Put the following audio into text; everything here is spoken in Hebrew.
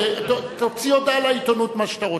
חבר הכנסת, תוציא הודעה לעיתונות, מה שאתה רוצה.